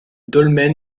dolmen